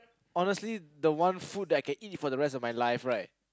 honestly the one food that I can eat for the rest of my life right